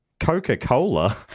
Coca-Cola